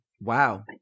Wow